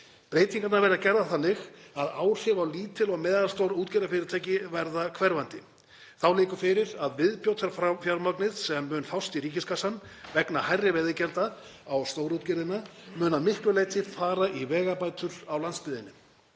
Breytingarnar verða gerðar þannig að áhrif á lítil og meðalstór útgerðarfyrirtæki verða hverfandi. Þá liggur fyrir að viðbótarfjármagnið sem mun fást í ríkiskassann vegna hærri veiðigjalda á stórútgerðina mun að miklu leyti fara í vegabætur á landsbyggðinni.